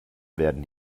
werden